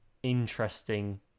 Interesting